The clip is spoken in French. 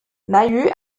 maheu